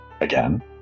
again